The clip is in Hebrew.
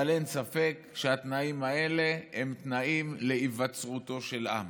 אבל אין ספק שהתנאים האלה הם תנאים להיווצרותו של עם.